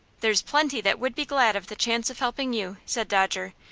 there's plenty that would be glad of the chance of helping you, said dodger,